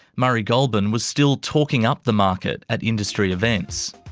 murray goulburn was still talking up the market at industry events.